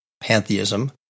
pantheism